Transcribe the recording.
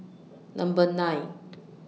Number nine